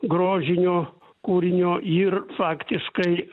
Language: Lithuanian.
grožinio kūrinio ir faktiškai